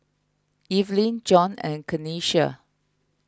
Evelyn John and Kenisha